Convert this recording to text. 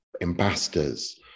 ambassadors